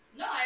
no